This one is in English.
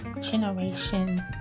generation